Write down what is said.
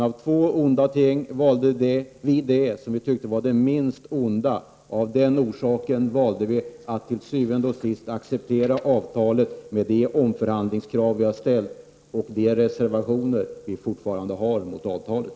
Av två onda ting valde vi den lösning som vi tyckte var den minst onda. Av den orsaken valde vi att till syvende og sidst acceptera avtalet med de omförhandlingskrav vi har ställt och de reservationer vi fortfarande har mot avtalet.